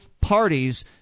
parties